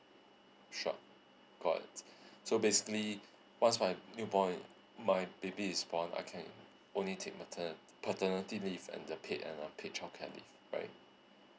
sure got it so basically once my newborn my baby is born I can only take mater paternity leave and the paid and unpaid childcare leave right